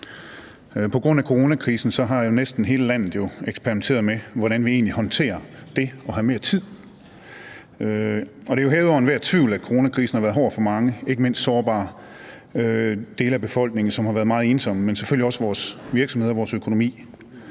På grund af coronakrisen har næsten hele landet jo eksperimenteret med, hvordan vi egentlig håndterer det at have mere tid. Det er jo hævet over enhver tvivl, at coronakrisen har været hård for mange, ikke mindst de sårbare dele af befolkningen, som har været meget ensomme, men selvfølgelig også for vores virksomheder og vores økonomi.